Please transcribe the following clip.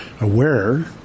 aware